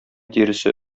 тиресе